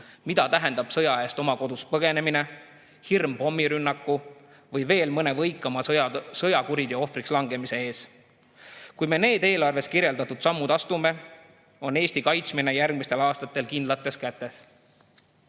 mida tähendab sõja eest oma kodust põgenemine, hirm pommirünnaku või veel mõne võikama sõjakuriteo ohvriks langemise ees. Kui me need eelarves kirjeldatud sammud astume, on Eesti kaitsmine järgmistel aastatel kindlates